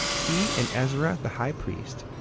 he, and ezra the high priest,